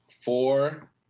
four